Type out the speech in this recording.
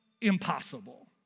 impossible